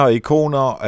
ikoner